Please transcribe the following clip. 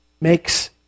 makes